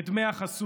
את דמי החסות.